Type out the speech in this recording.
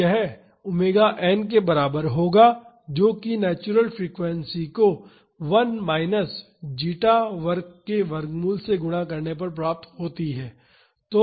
तो यह ⍵n के बराबर होगा जो कि नेचुरल फ्रीक्वेंसी को 1 माइनस जेटा वर्ग के वर्गमूल से गुणा करने पर प्राप्त होती है